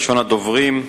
ראשון הדוברים,